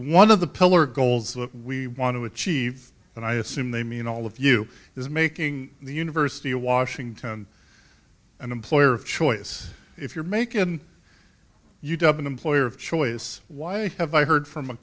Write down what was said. one of the pillar goals we want to achieve and i assume they mean all of you is making the university of washington an employer of choice if you're making you dublin employer of choice why have i heard from a